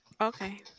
Okay